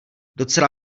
docela